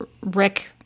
Rick